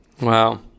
Wow